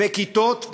בכיתות,